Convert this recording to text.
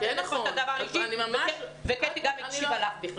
את העלית פה דבר אישי וקטי גם הקשיבה לך.